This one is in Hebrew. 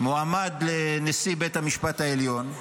מועמד לנשיא בית המשפט העליון,